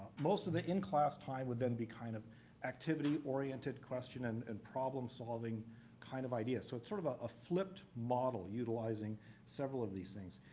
most of the in-class time will then be kind of activity-oriented question and and problem solving kind of idea. so it's sort of ah a flipped model utilizing several of these things.